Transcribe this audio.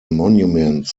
monuments